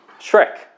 Shrek